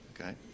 Okay